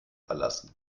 verlassen